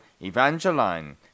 Evangeline